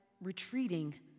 retreating